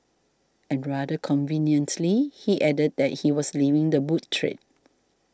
and rather conveniently he added that he was leaving the book trade